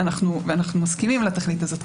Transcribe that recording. ואנחנו מסכימים לתכלית הזאת,